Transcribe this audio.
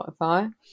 Spotify